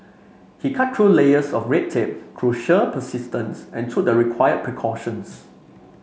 he cut through layers of red tape sheer persistence and took the required precautions